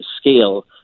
scale